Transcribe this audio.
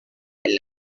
del